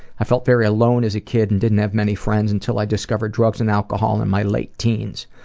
i felt very alone as a kid and didn't have many friends until i discovered drugs and alcohol in my late teens.